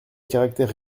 caractère